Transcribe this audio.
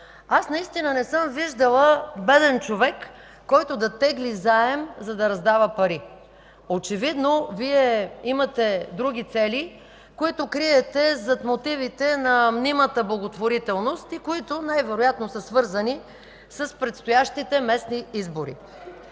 Аз наистина не съм виждала беден човек, който да тегли заем, за да раздава пари. Очевидно Вие имате други цели, които криете зад мотивите на мнимата благотворителност и които най-вероятно са свързани с предстоящите местни избори.